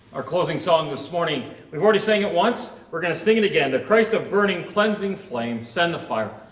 our closing song this morning we've already sang it once, we're gonna sing it again the christ of burning cleansing flame send the fire.